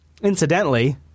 incidentally